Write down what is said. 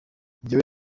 njyewe